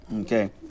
Okay